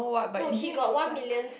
no he got one million